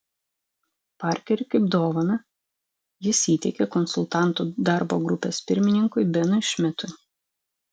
parkerį kaip dovaną jis įteikė konsultantų darbo grupės pirmininkui benui šmidtui